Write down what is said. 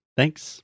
Thanks